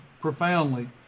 profoundly